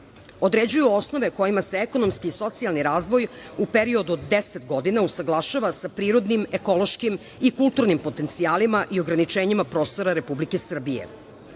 određuju osnove kojima se ekonomski i socijalni razvoj u periodu od 10 godina usaglašava sa prirodnim ekološkim i kulturnim potencijalima i ograničenjima prostora Republike Srbije. Kada